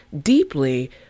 deeply